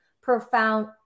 profound